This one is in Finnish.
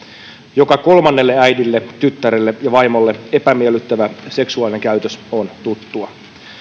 joka kolmannelle äidille tyttärelle ja vaimolle epämiellyttävä seksuaalinen käytös on tuttua